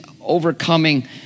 overcoming